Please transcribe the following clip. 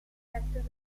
depict